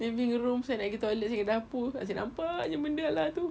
living room saya nak gi toilet dapur asyik nampak jer benda !alah! tu